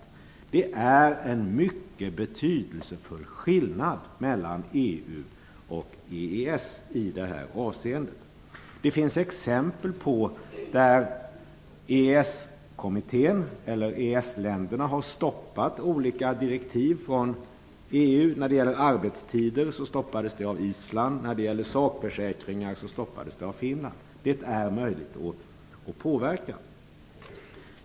Det finns en mycket betydelsefull skillnad mellan EU och EES i det här avseendet. Det finns exempel på att EES-kommittén eller EES-länderna har stoppat olika direktiv från EU. När det gäller arbetstider stoppade Island. När det gäller sakförsäkringar stoppade Finland. Det är möjligt att påverka.